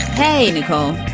hey, nicole,